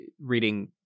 reading